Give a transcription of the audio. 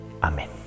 Amen